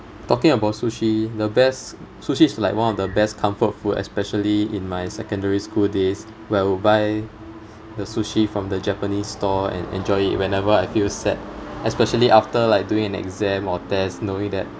talking about sushi the best sushi is like one of the best comfort food especially in my secondary school days where I would buy the sushi from the japanese store and enjoy it whenever I feel sad especially after like doing an exam or test knowing that